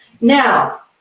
Now